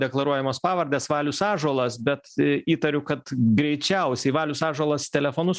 deklaruojamos pavardės valius ąžuolas bet įtariu kad greičiausiai valius ąžuolas telefonus